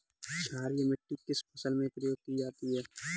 क्षारीय मिट्टी किस फसल में प्रयोग की जाती है?